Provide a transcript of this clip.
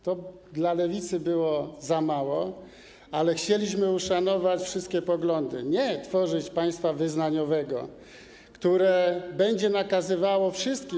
To dla Lewicy było za mało, ale chcieliśmy uszanować wszystkie poglądy, nie tworzyć państwa wyznaniowego, które będzie nakazywało wszystkim.